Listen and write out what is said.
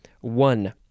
One